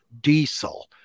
diesel